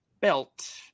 belt